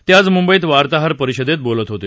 ते आज मुंबईत वार्ताहार परिषदेत बोलत होते